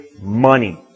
money